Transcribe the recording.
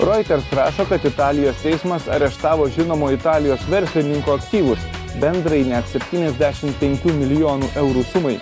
reuters rašo kad italijos teismas areštavo žinomo italijos verslininko aktyvus bendrai net septyniasdešim penkių milijonų eurų sumai